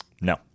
No